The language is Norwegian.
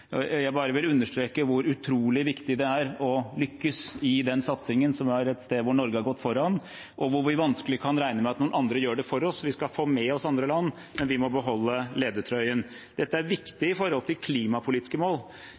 -lagring. Jeg vil bare understreke hvor utrolig viktig det er å lykkes i den satsingen, som er et sted hvor Norge har gått foran, og hvor vi vanskelig kan regne med at noen andre gjør det for oss. Vi skal få med oss andre land, men vi må beholde ledertrøyen. Dette er viktig med tanke på klimapolitiske mål,